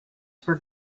for